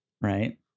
right